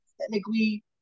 technically